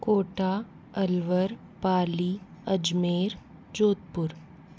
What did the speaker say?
Kota Alwar Pali Ajmer Jodhpur